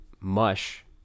mush